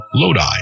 Lodi